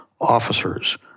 officers